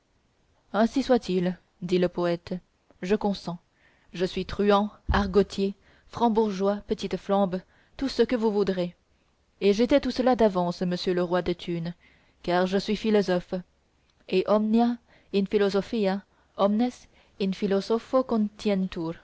ainsi soit-il dit le poète je consens je suis truand argotier franc bourgeois petite flambe tout ce que vous voudrez et j'étais tout cela d'avance monsieur le roi de thunes car je suis philosophe et omnia in philosophia